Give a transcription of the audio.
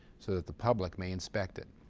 so that the public may inspect it.